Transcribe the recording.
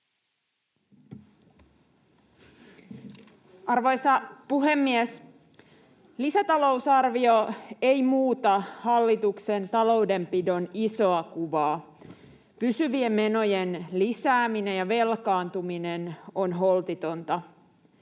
Arvoisa puhemies! Lisätalousarvio ei muuta hallituksen taloudenpidon isoa kuvaa. Pysyvien menojen lisääminen ja velkaantuminen on holtitonta.